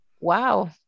Wow